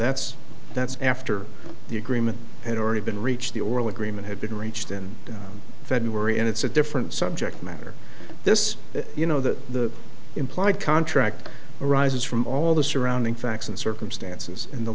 that's that's after the agreement had already been reached the oral agreement had been reached in february and it's a different subject matter this you know that the implied contract arises from all the surrounding facts and circumstances in the